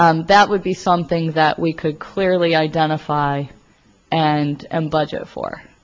that would be something that we could clearly identify and budget for